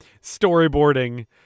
storyboarding